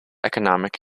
economic